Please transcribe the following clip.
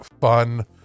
fun